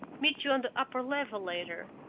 meet you on the upper level later,